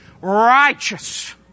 Righteous